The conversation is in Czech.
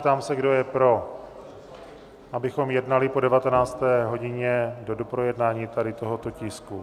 Ptám se, kdo je pro, abychom jednali po 19. hodině do doprojednání tady tohoto tisku?